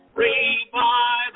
revive